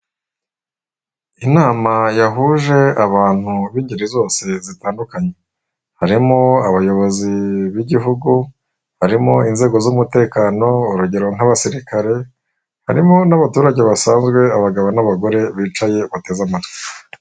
Inama yahuje abantu b'ingeri zose zitandukanye, harimo abayobozi b'Igihugu, barimo inzego z'umutekano urugero nk'abasirikare, harimo n'abaturage basanzwe, abagabo n'abagore bicaye bateze amatwi.